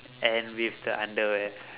and with the underwear